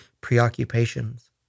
preoccupations